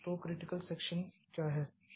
तो critical section क्या है